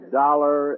dollar